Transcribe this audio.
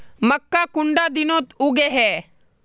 मक्का कुंडा दिनोत उगैहे?